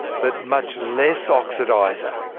but much less oxidizer.